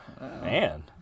man